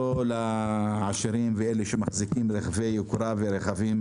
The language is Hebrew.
לא לעשירים ואלה שמחזיקים רכבי יוקרה ורכבים